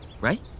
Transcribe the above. right